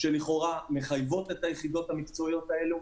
שלכאורה מחייבות את היחידות המקצועיות האלה.